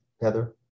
Heather